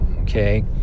okay